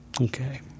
Okay